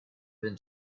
been